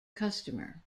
customer